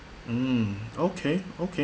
mm okay okay